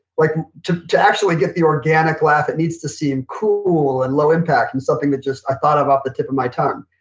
like to to actually get the organic laugh it needs to seem cool and low impact, and something that just i thought of off the tip of my tongue.